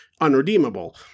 unredeemable